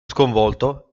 sconvolto